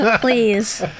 please